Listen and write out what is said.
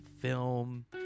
film